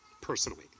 personally